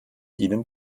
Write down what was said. ihnen